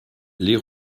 lès